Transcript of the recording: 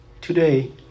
Today